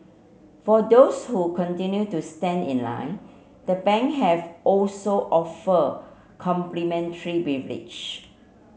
for those who continue to stand in line the bank have also offer complimentary beverage